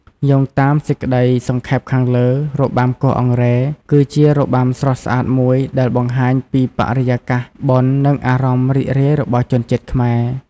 យោងតាមសេចក្តីសង្ខេបខាងលើ របាំគោះអង្រែ គឺជារបាំស្រស់ស្អាតមួយដែលបង្ហាញពីបរិយាកាសបុណ្យនិងអារម្មណ៍រីករាយរបស់ជនជាតិខ្មែរ។